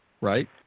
right